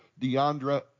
Deandra